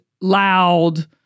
loud